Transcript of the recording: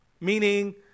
Meaning